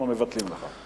אנחנו מבטלים אותה.